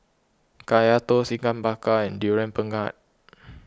Kaya Toast Ikan Bakar and Durian Pengat